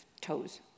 toes